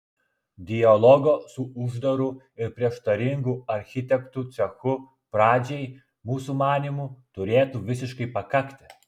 dialogo su uždaru ir prieštaringu architektų cechu pradžiai mūsų manymu turėtų visiškai pakakti